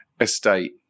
estate